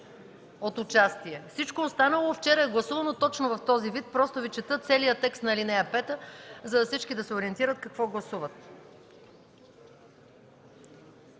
от участие. Всичко останало вчера е гласувано точно в този вид. Просто Ви чета целия текст на ал. 5, за да се ориентират всички какво гласуват.